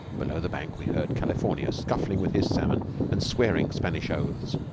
below the bank we heard california scuffling with his salmon and swearing spanish oaths.